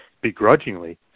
begrudgingly